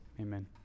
amen